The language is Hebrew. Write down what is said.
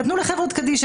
נתנו לחברות קדישא,